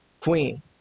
Queen